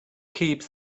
keep